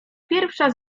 pierwsza